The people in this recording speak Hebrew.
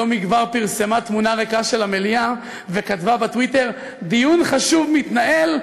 שלא מכבר פרסמה תמונה ריקה של המליאה וכתבה בטוויטר: דיון חשוב מתנהל,